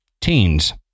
teens